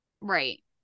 right